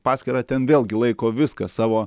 paskyrą ten vėlgi laiko viską savo